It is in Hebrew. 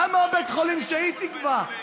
למה בית חולים שהיא תקבע?